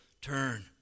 turn